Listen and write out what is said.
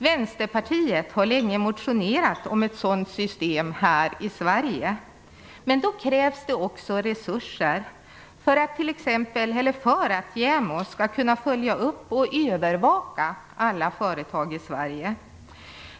Vänsterpartiet har länge motionerat om ett sådant system här i Sverige, men för ett sådant system krävs också resurser så att JämO kan följa och övervaka alla företag i Sverige.